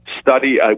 study